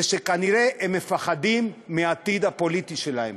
זה שכנראה הם מפחדים מהעתיד הפוליטי שלהם.